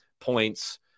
points